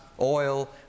oil